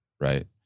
right